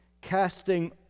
casting